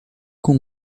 com